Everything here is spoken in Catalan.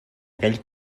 aquell